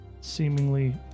seemingly